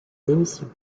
démission